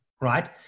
right